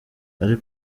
ari